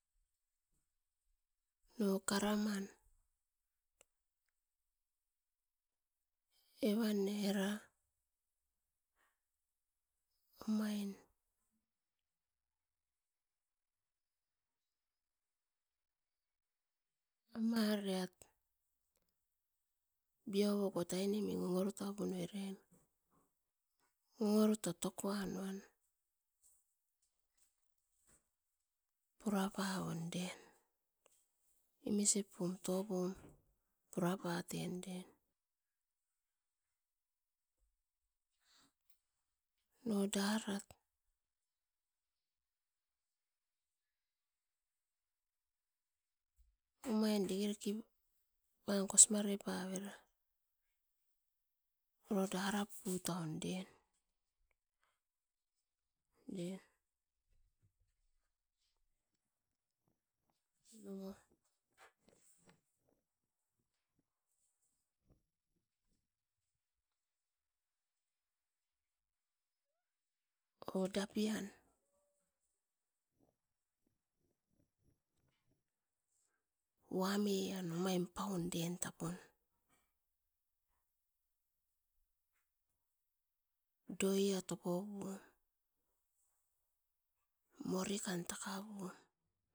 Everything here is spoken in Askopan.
No karaman evan ne era omain amaeret biovokot ainemi ongorotupain eren ongoruto tokoan uan purapovon eren imisipum totom purapatem eren. No darat omain diriki paim kosmare pavera oro darapuatun eren. No o dapian wuamian eren paun tapun doiat opopum, morikan takapum